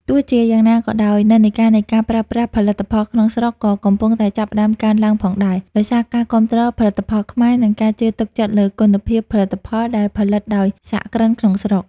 ទោះជាយ៉ាងណាក៏ដោយ និន្នាការនៃការប្រើប្រាស់ផលិតផលក្នុងស្រុកក៏កំពុងតែចាប់ផ្ដើមកើនឡើងផងដែរ ដោយសារការគាំទ្រផលិតផលខ្មែរ និងការជឿទុកចិត្តលើគុណភាពផលិតផលដែលផលិតដោយសហគ្រិនក្នុងស្រុក។